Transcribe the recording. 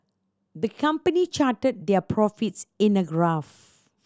the company charted their profits in a graph